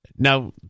Now